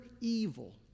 evil